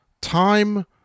time